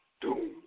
doom